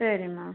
சரிம்மா